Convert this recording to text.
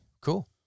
Cool